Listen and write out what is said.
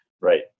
right